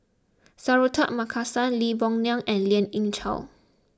Suratman Markasan Lee Boon Ngan and Lien Ying Chow